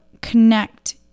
connect